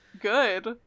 Good